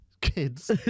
kids